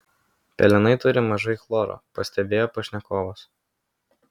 pelenai turi mažai chloro pastebėjo pašnekovas